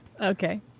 Okay